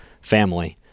family